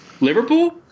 Liverpool